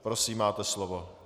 Prosím, máte slovo.